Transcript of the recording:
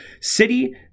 city